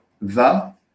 va